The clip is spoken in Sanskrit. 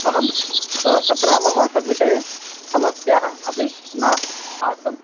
अहं स तत्र मम तद्विषये समस्याः अपि न आसन्